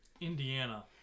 Indiana